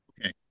Okay